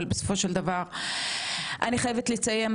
אבל בסופו של דבר אני חייבת לציין,